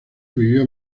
vivió